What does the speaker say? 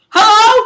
Hello